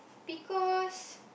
because